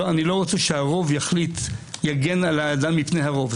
אני לא רוצה שהרוב יגן על האדם מפני הרוב.